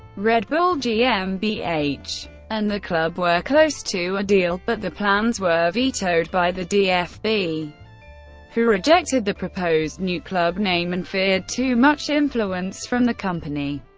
red bull gmbh and the club were close to a deal, but the plans were vetoed by the dfb, who rejected the proposed new club name and feared too much influence from the company.